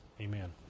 Amen